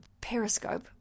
periscope